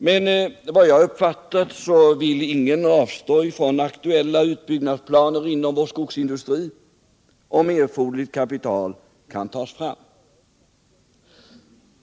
Men såvitt jag har uppfattat vill ingen avstå från aktuella utbyggnadsplaner inom vår skogsindustri, om erforderligt kapital kan tas fram.